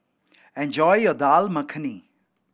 enjoy your Dal Makhani